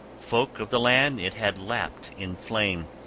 folk of the land it had lapped in flame,